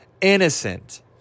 innocent